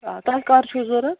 آ تۄہہِ کٔر چھُو ضروٗرت